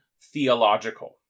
theological